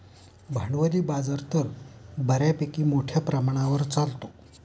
भांडवली बाजार तर बऱ्यापैकी मोठ्या प्रमाणावर चालतो